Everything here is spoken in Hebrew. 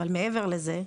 אבל מעבר לזה,